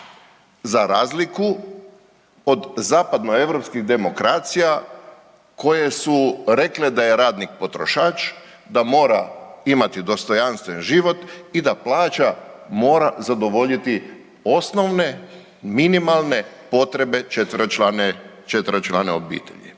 za razliku od zapadnoeuropskih demokracija koje su rekle da je radnik potrošač, da mora imati dostojanstven život i da plaća mora zadovoljiti osnovne minimalne potrebe četveročlane,